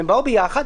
הם באו ביחד,